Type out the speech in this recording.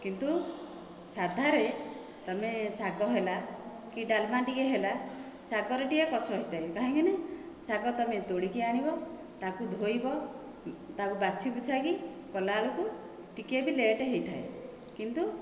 କିନ୍ତୁ ସାଧାରେ ତୁମେ ଶାଗ ହେଲା କି ଡାଲମା ଟିକିଏ ହେଲା ଶାଗରେ ଟିକିଏ କଷ ହୋଇଥାଏ କାହିଁକିନା ଶାଗ ତୁମେ ତୋଳିକି ଆଣିବ ତାକୁ ଧୋଇବ ତାକୁ ବାଛି ବୁଛାକି କଲାବେଳକୁ ଟିକିଏ ବି ଲେଟ୍ ହୋଇଥାଏ କିନ୍ତୁ